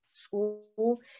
school